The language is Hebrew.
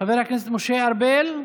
חבר הכנסת משה ארבל.